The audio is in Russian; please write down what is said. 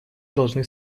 должны